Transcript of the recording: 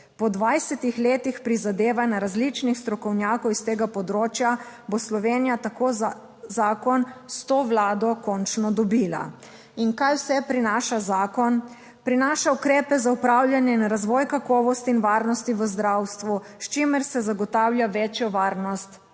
Po 20 letih prizadevanj različnih strokovnjakov iz tega področja bo Slovenija tako zakon s to Vlado končno dobila. In kaj vse prinaša zakon? Prinaša ukrepe za upravljanje in razvoj kakovosti in varnosti v zdravstvu, s čimer se zagotavlja večjo varnost.